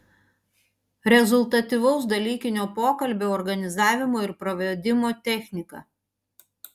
rezultatyvaus dalykinio pokalbio organizavimo ir pravedimo technika